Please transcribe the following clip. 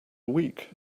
week